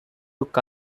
took